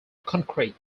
concrete